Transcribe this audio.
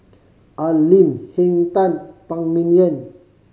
Al Lim Henn Tan Phan Ming Yen